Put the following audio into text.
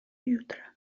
jutra